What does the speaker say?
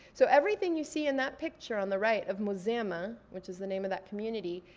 so everything you see in that picture on the right of muzema, which is the name of that community,